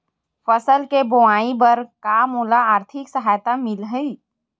फसल के बोआई बर का मोला आर्थिक सहायता मिलही?